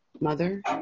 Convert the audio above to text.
mother